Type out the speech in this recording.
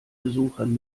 besuchern